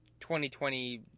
2020